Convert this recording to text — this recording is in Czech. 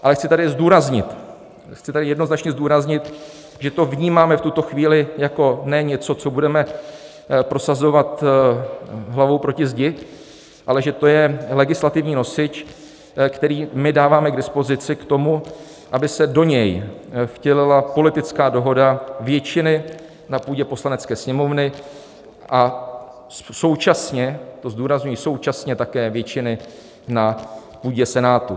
Ale chci tady zdůraznit, chci tady jednoznačně zdůraznit, že to vnímáme, tuto chvíli, jako ne něco, co budeme prosazovat hlavou proti zdi, ale že to je legislativní nosič, který dáváme k dispozici k tomu, aby se do něj vtělila politická dohoda většiny na půdě Poslanecké sněmovny a současně, to zdůrazňuji, také většiny na půdě Senátu.